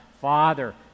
Father